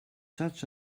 such